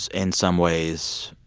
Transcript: in some ways,